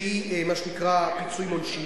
שהיא מה שנקרא פיצוי עונשין,